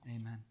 Amen